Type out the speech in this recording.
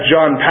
John